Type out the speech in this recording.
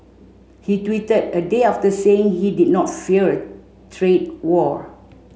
he tweeted a day after saying he did not fear a trade war